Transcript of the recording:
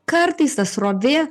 kartais ta srovė